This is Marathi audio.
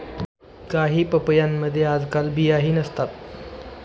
काही पपयांमध्ये आजकाल बियाही नसतात